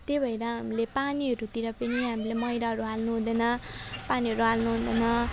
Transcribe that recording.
त्यही भएर हामीले पानीहरूतिर पनि हामीहरूले मैलाहरू हाल्नु हुँदैन पानीहरू हाल्नु हुँदैन